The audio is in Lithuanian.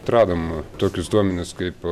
atradom tokius duomenis kaip